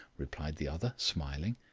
replied the other, smiling.